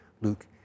Luke